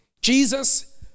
Jesus